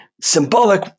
symbolic